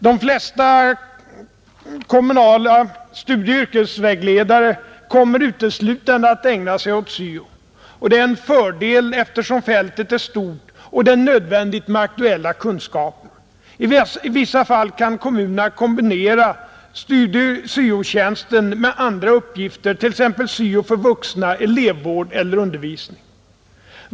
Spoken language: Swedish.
De flesta kommunala studieoch yrkesvägledare kommer uteslutande att ägna sig åt syo. Det är en fördel, eftersom fältet är stort och det är nödvändigt med aktuella kunskaper. I vissa fall kan kommunerna kombinera syo-tjänsten med andra uppgifter, t.ex. syo för vuxna, elevvård eller undervisning.